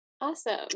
Awesome